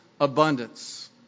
abundance